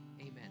amen